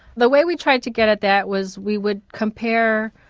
the way we tried to get at that was we would compare.